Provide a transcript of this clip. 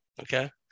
Okay